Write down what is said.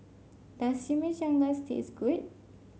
Does Chimichangas taste good